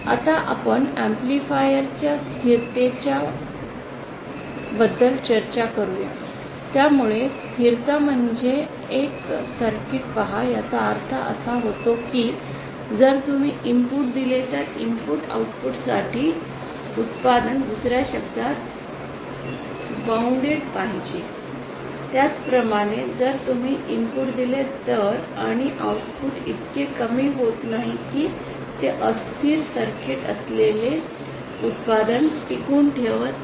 आता आपण ऍम्प्लिफायरच्या स्थिरतेच्या पैलू बद्दल चर्चा करू या त्यामुळे स्थिरता म्हणजे एक सर्किट पाहा याचा अर्थ असा होतो की जर तुम्ही इनपुट दिले तर इनपुट आऊटपुटसाठी उत्पादन दुस या शब्दांत बांधले पाहिजे त्याचप्रमाणे जर तुम्ही इनपुट दिले तर आणि आउटपुट इतके कमी होत नाही की ते अस्थिर सर्किट असलेले उत्पादन टिकवून ठेवत नाही